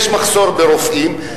יש מחסור ברופאים,